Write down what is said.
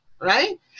right